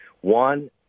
One